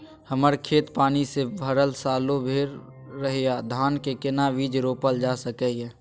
हमर खेत पानी से भरल सालो भैर रहैया, धान के केना बीज रोपल जा सकै ये?